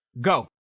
Go